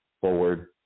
forward